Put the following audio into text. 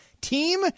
Team